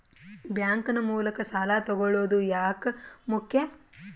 Bank ನ ಮೂಲಕ ಸಾಲ ತಗೊಳ್ಳೋದು ಯಾಕ ಮುಖ್ಯ?